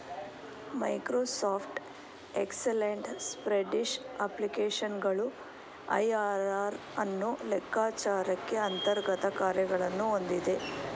Microsoft excellent spreadsheet ಅಪ್ಲಿಕೇಶನ್ಗಳು IRR ಅನ್ನು ಲೆಕ್ಕಚಾರಕ್ಕೆ ಅಂತರ್ಗತ ಕಾರ್ಯಗಳನ್ನು ಹೊಂದಿವೆ